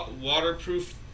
Waterproof